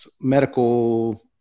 medical